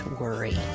worry